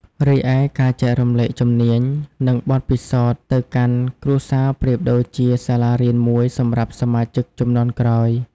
រីឯ ការចែករំលែកជំនាញ និងបទពិសោធន៍ទៅកាន់ គ្រួសារប្រៀបដូចជាសាលារៀនមួយសម្រាប់សមាជិកជំនាន់ក្រោយ។